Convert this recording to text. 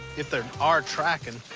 if they are tracking,